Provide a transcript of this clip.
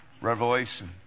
Revelation